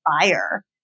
fire